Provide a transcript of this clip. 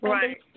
Right